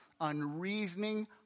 unreasoning